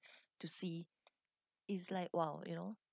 to see is like !wow! you know